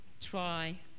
try